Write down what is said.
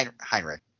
Heinrich